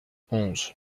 onze